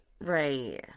right